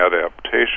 adaptation